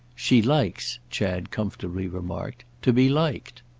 she likes, chad comfortably remarked, to be liked.